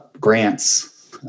grants